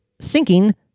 sinking